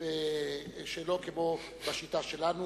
שלא כמו בשיטה שלנו.